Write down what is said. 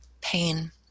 pain